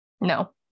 No